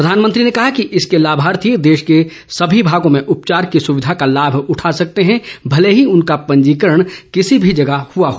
प्रधानमंत्री ने कहा कि इसके लाभार्थी देश के सभी भागों में उपचार की सुविधा का लाभ उठा सकते हैं भले ही उनका पंजीकरण किसी भी जगह हुआ हो